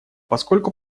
поскольку